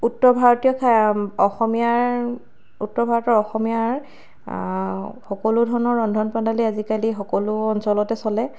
উত্তৰ ভাৰতীয় খা অসমীয়াৰ উত্তৰ ভাৰতীয় অসমীয়াৰ সকলো ধৰণৰ ৰন্ধন প্ৰণালী আজিকালি সকলো অঞ্চলতে চলে